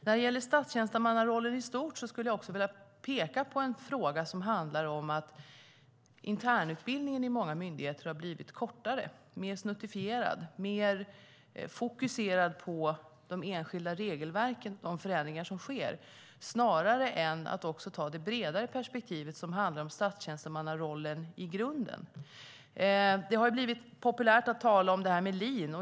När det gäller statstjänstemannarollen i stort skulle jag vilja peka på att internutbildningen i många myndigheter har blivit kortare, mer snuttifierad och mer fokuserad på de enskilda regelverken och förändringar i dem snarare än på det bredare perspektivet som handlar om statstjänstemannarollen i grunden. Det har blivit populärt att tala om lean.